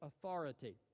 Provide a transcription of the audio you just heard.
authority